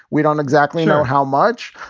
we don't exactly know how much.